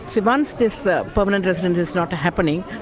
so and this ah permanent residency is not happening,